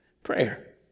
Prayer